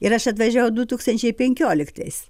ir aš atvažiavau du tūkstančiai penkioliktais